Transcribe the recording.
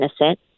innocent